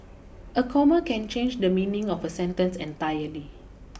a comma can change the meaning of a sentence entirely